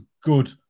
good